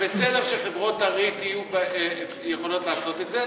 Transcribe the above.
זה בסדר שחברות הריט יוכלו לעשות את זה,